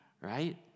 Right